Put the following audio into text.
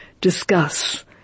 discuss